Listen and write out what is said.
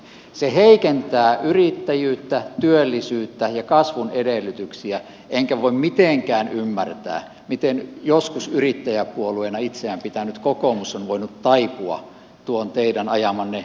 se heikentää yrittäjyyttä työllisyyttä ja kasvun edellytyksiä enkä voi mitenkään ymmärtää miten joskus yrittäjäpuolueena itseään pitänyt kokoomus on voinut taipua tuon teidän ajamanne esityksen alle